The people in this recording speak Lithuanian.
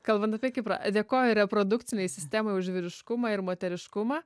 kalbant apie kiprą dėkoju reprodukcinei sistemai už vyriškumą ir moteriškumą